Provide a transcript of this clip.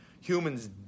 Human's